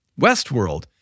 Westworld